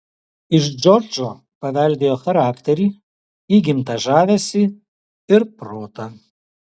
iš džordžo paveldėjo charakterį įgimtą žavesį ir protą